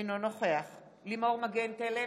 אינו נוכח לימור מגן תלם,